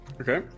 Okay